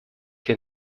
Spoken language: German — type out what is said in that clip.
hier